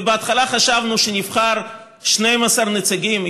בהתחלה חשבנו שנבחר 12 נציגים,